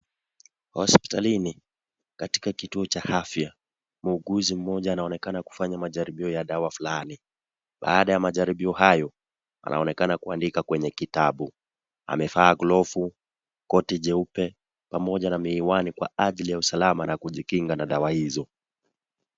Hospitalini, katika kituo cha afya, muuguzi mmoja anaonekana kufanya majaribio ya dawa fulani. Baada ya majaribio hayo, anaonekana kuandika kwenye kitabu. Amevaa glovu, koti jeupe, pamoja na miwani kwa ajili ya usalama na kujikinga na dawa hizo.